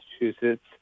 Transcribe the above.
Massachusetts